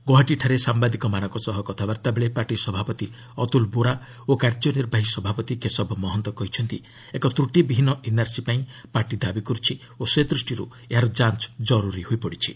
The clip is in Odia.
ଗୋହାଟିଠାରେ ସାମ୍ଭାଦିକମାନଙ୍କ ସହ କଥାବାର୍ତ୍ତା ବେଳେ ପାର୍ଟି ସଭାପତି ଅତୁଲ ବୋରା ଓ କାର୍ଯ୍ୟନିର୍ବାହୀ ସଭାପତି କେଶବ ମହନ୍ତ କହିଛନ୍ତି ଏକ ତ୍ରୁଟିବିହୀନ ଏନ୍ଆର୍ସି ପାଇଁ ପାର୍ଟି ଦାବି କରୁଛି ଓ ସେ ଦୃଷ୍ଟିରୁ ଏହାର ଯାଞ୍ଚ ଜରୁରି ହୋଇ ପଡ଼ିଛି